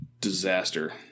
disaster